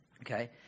Okay